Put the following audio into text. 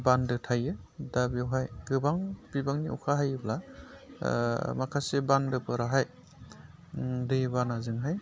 बान्दो थायो दा बेवहाय गोबां बिबांनि अखा हायोब्ला माखासे बान्दोफोराहाय दै बानाजोंहाय